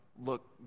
look